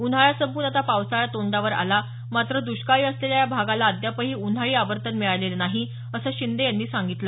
उन्हाळा संपून आता पावसाळा तोंडावर आला मात्र दष्काळी असलेल्या या भागाला अद्यापही उन्हाळी आवर्तन मिळालेलं नाही असं शिंदे यांनी सांगितलं